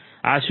આ શુ છે